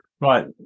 Right